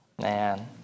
Man